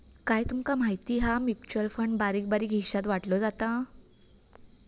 काय तूमका माहिती हा? म्युचल फंड बारीक बारीक हिशात वाटलो जाता